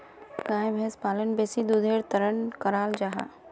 गाय भैंस पालन बेसी दुधेर तंर कराल जाहा